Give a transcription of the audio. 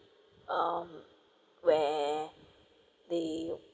um where they